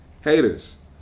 haters